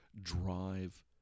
drive